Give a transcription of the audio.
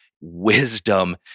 wisdom